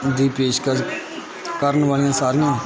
ਦੀ ਪੇਸ਼ਕਸ਼ ਕਰਨ ਵਾਲੀਆਂ ਸਾਰੀਆਂ